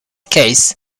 case